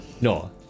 no